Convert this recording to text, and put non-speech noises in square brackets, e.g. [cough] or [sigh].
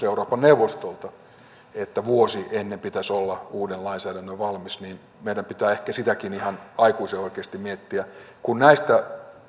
[unintelligible] euroopan neuvostolta että vuosi ennen pitäisi olla uuden lainsäädännön valmis meidän pitää ehkä ihan aikuisen oikeasti miettiä kun näistä